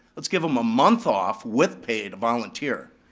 let's give them a month off, with pay, to volunteer,